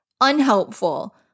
unhelpful